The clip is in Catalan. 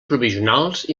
provisionals